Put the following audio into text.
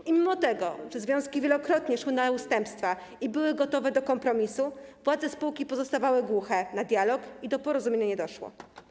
I mimo tego, że związki wielokrotnie szły na ustępstwa i były gotowe do kompromisu, władze spółki pozostawały głuche na dialog i do porozumienia nie doszło.